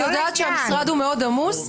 אני יודעת שהמשרד הוא מאוד עמוס,